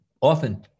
often